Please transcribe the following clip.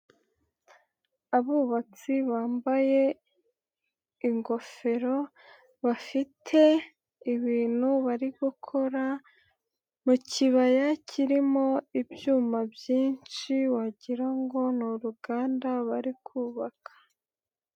Abubatsi bambaye ingofero bafite ibintu bari gukora mu kibaya kirimo ibyuma byinshi wagira ngo ni uruganda bari kubaka.